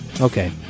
Okay